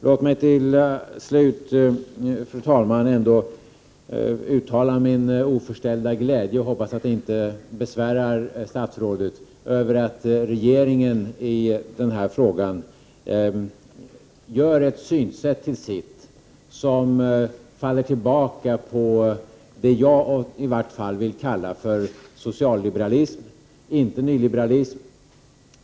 Låt mig till sist, fru talman, ändå få uttala min oförställda glädje — jag hoppas att det inte besvärar statsrådet — över att regeringen i denna fråga gör ett synsätt till sitt som faller tillbaka på vad i varje fall jag vill kalla socialliberalism, inte nyliberalism.